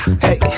Hey